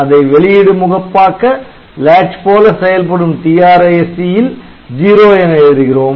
அதை வெளியிடு முகப்பாக்க Latch போல செயல்படும் TRISC ல் '0' என எழுதுகிறோம்